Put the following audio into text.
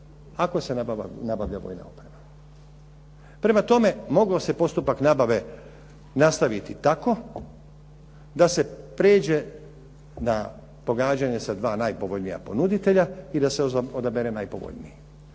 ako se nabavlja vojna oprema. Prema tome, mogao se postupak nabave nastaviti tako da se pređe na pogađanje sa dva najpovoljnija ponuditelja i da se odabere najpovoljniji.